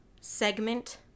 segment